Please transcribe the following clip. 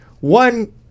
One